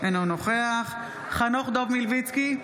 אינו נוכח חנוך דב מלביצקי,